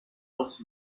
was